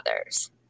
others